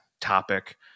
topic